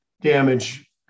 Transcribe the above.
damage